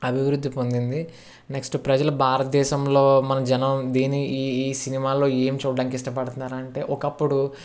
అభివృద్ధి పొందింది నెక్స్ట్ ప్రజలు భారత దేశంలో మన జనం దీని ఈ ఈ సినిమాల్లో ఏం చూడడానికి ఇష్టపడుతున్నారు అంటే ఒకప్పుడు